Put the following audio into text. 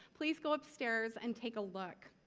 please go upstairs and take a look.